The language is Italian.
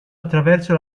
attraverso